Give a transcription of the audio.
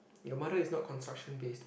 your mother is not construction based